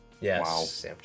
Yes